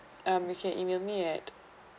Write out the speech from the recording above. um you can email me at